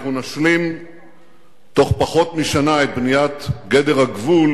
אנחנו נשלים תוך פחות משנה את בניית גדר הגבול